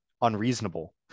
unreasonable